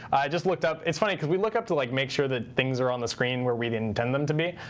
i just looked up. it's funny, because we look up to like make sure that things are on the screen where we intend them to be.